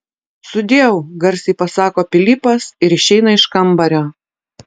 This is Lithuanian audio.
sudieu garsiai pasako pilypas ir išeina iš kambario